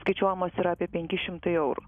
skaičiuojamos yra apie penki šimtai eurų